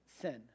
sin